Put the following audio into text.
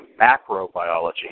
macrobiology